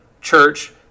church